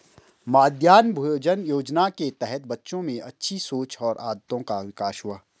मध्याह्न भोजन योजना के तहत बच्चों में अच्छी सोच और आदतों का विकास हुआ